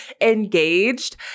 engaged